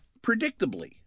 Predictably